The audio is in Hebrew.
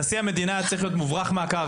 נשיא המדינה היה צריך להיות מוברח מהקרקע.